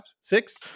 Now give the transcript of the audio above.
Six